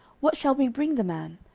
what shall we bring the man?